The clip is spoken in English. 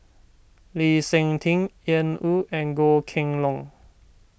Lee Seng Tee Ian Woo and Goh Kheng Long